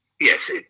Yes